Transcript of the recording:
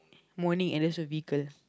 morning initial vehicle